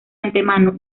antemano